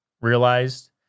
realized